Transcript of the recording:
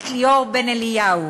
את ליאור בן אליהו,